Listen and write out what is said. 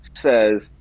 says